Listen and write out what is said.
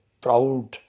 proud